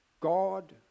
God